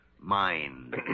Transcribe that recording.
mind